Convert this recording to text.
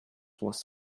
was